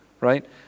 right